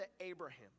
Abraham